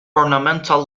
ornamental